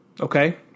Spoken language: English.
Okay